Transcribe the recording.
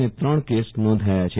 અને ત્રણ કેસ નોંધાયા છે